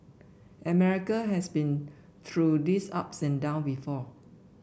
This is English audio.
America has been through these ups and down before